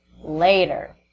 later